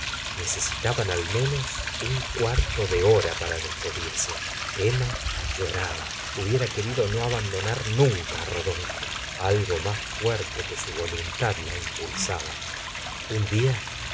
necesitaban al menos un cuarto de hora para despedirse emma lloraba hubiera querido no abandonar nunca á rodolfo algo más fuerte que su voluntad la impulsaba un día al